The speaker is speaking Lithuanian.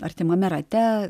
artimame rate